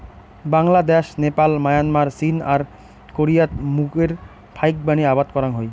Bangladesh, Nepal, Myanmar, চীন আর কোরিয়াত মুগের ফাইকবানী আবাদ করাং হই